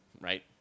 right